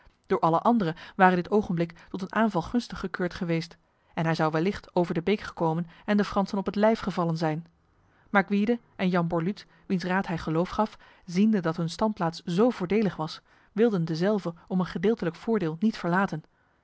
door alle andere ware dit ogenblik tot een aanval gunstig gekeurd geweest en hij zou wellicht over de beek gekomen en de fransen op het lijf gevallen zijn maar gwyde en jan borluut wiens raad hij geloof gaf ziende dat hun standplaats zo voordelig was wilden dezelve om een gedeeltelijk voordeel niet verlaten